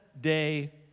day